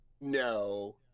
no